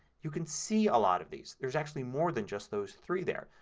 you can see a lot of these. there's actually more than just those three there.